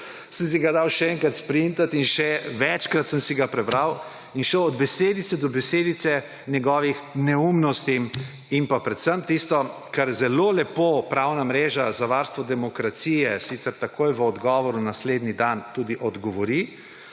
sem si ga dal še enkrat sprintati in še večkrat sem si ga prebral in šel od besedice do besedice in njegovim neumnostim in pa predvsem tistemu, kar zelo lepo Pravna mreža za varstvo demokracije sicer takoj v odgovoru naslednji dan tudi odgovori,